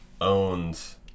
owns